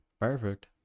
Perfect